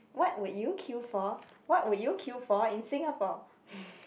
what would you queue for what would you queue for in Singapore